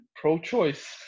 Pro-choice